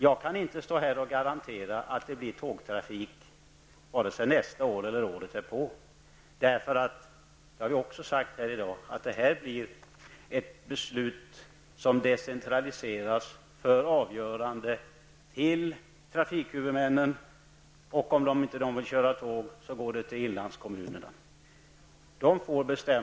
Jag kan inte här och nu garantera att det blir tågtrafik vare sig nästa år eller året därpå. Jag har tidigare i dag sagt att beslutet i den frågan decentraliseras till trafikhuvudmännen. Om inte de vill köra tåg, så får inlandskommunerna fatta beslutet.